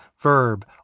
verb